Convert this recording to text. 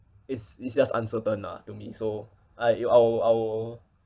it's it's just uncertain lah to me so I I will I will